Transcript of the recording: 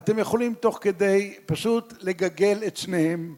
אתם יכולים תוך כדי פשוט לגגל את שניהם.